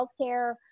healthcare